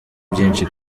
byinshi